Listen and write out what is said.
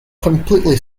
completely